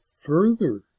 further